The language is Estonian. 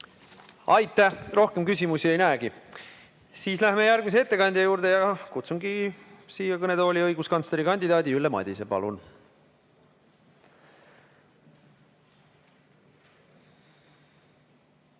Aitäh! Rohkem küsimusi ei näegi. Siis läheme järgmise ettekandja juurde ja kutsun siia kõnetooli õiguskantslerikandidaadi Ülle Madise. Palun!